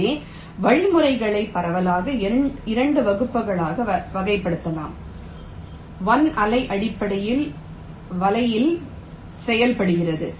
எனவே வழிமுறைகளை பரவலாக 2 வகுப்புகளாக வகைப்படுத்தலாம் 1 வலை அடிப்படையில் வலையில் செயல்படுகிறது